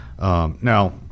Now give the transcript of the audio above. now